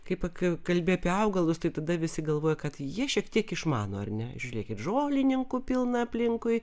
kaip ka kalbi apie augalus tai tada visi galvoja kad jie šiek tiek išmano ar ne žiūrėkit žolininkų pilna aplinkui